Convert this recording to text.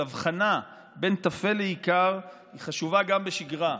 של הבחנה בין טפל לעיקר היא חשובה גם בשגרה,